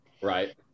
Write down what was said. Right